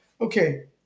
okay